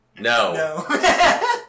No